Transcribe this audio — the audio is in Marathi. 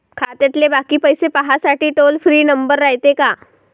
खात्यातले बाकी पैसे पाहासाठी टोल फ्री नंबर रायते का?